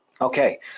Okay